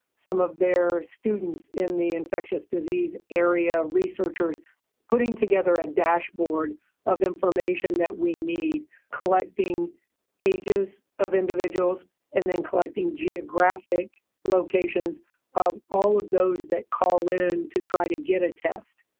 some of their students in the infectious disease area. researchers putting together a dashboard of information that we need, collecting ages of individuals and then collecting geographic locations of all of those that call in to try to get a test.